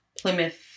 Plymouth